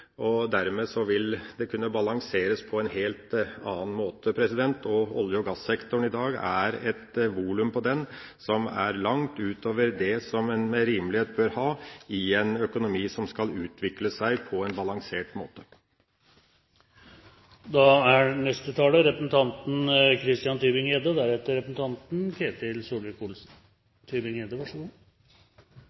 og dermed vil det kunne balanseres på en helt annen måte. I dag er det et volum i olje- og gassektoren som går langt utover det man med rimelighet bør ha i en økonomi som skal utvikle seg på en balansert måte. Min appell går til finanskomiteens leder. Det er